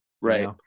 Right